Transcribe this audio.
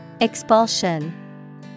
Expulsion